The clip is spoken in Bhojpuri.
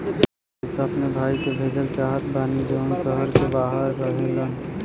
हम पैसा अपने भाई के भेजल चाहत बानी जौन शहर से बाहर रहेलन